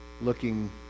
looking